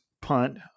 punt